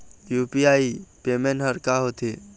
UPI payment हर का होते?